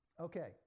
Okay